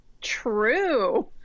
true